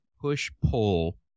push-pull